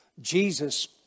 Jesus